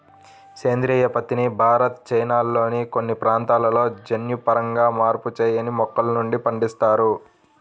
సేంద్రీయ పత్తిని భారత్, చైనాల్లోని కొన్ని ప్రాంతాలలో జన్యుపరంగా మార్పు చేయని మొక్కల నుండి పండిస్తారు